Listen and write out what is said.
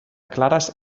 clares